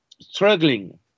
struggling